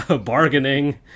bargaining